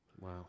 Wow